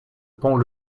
pont